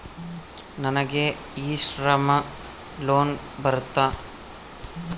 ನನಗೆ e Shram loan ಬರುತ್ತಾ?